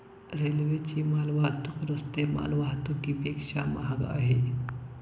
रेल्वेची माल वाहतूक रस्ते माल वाहतुकीपेक्षा महाग आहे